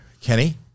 Kenny